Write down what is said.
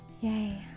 Yay